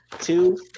two